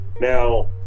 now